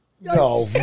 No